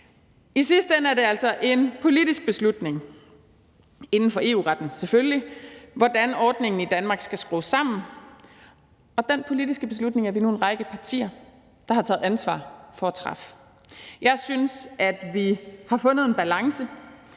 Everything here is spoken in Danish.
I sidste ende er det altså en politisk beslutning, selvfølgelig inden for EU-retten, hvordan ordningen i Danmark skal skrues sammen, og den politiske beslutning er vi nu en række partier der har taget ansvar for at træffe. Jeg synes, at vi har fundet en balance